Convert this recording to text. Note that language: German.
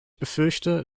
befürchte